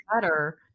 better